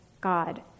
God